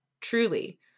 Truly